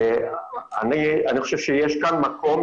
אני מתנצלת שאני מפסיקה אותך,